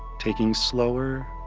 taking slower,